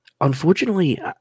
Unfortunately